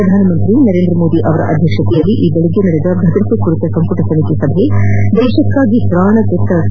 ಪ್ರಧಾನಮಂತ್ರಿ ನರೇಂದ್ರ ಮೋದಿ ಅವರ ಅಧ್ಯಕ್ಷತೆಯಲ್ಲಿ ಈ ಬೆಳಿಗ್ಗೆ ನಡೆದ ಭದ್ರತೆ ಕುರಿತ ಸಂಪುಟ ಸಮಿತಿ ಸಭೆ ದೇಶಕ್ಷಾಗಿ ಪ್ರಾಣವನ್ನೇ ಬಲಿಕೊಟ್ಟ ಸಿ